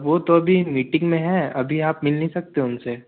वह तो अभी मीटिंग में हैं अभी आप मिल नहीं सकते उनसे